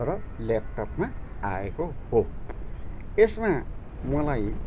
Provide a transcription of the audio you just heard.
phone र ल्यापटपमा आएको हो यसमा मलाई